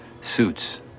suits